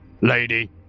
lady